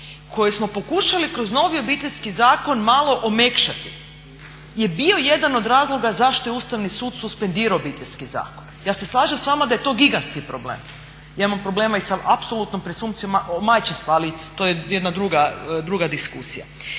koje smo pokušali kroz novi Obiteljski zakon malo omekšati, je bio jedan od razloga zašto je Ustavni sud suspendirao Obiteljski zakon. Ja se slažem s vama da je to gigantski problem, ja imam problema i sa apsolutnom presumpcijom majčinstva ali to je jedna druga diskusija.